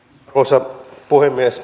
arvoisa puhemies